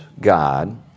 God